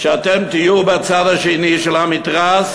שאתם תהיו בצד השני של המתרס,